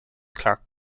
clark